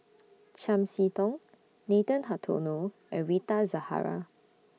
Chiam See Tong Nathan Hartono and Rita Zahara